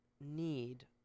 need